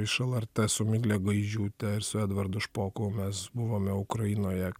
iš lrt su migle gaižiūte ir su edvardu špoku mes buvome ukrainoje